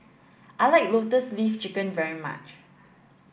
I like lotus leaf chicken very much